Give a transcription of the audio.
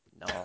No